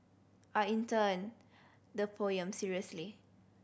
I intoned the poem seriously